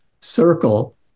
circle